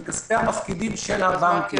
מכספי המפקידים של הבנקים.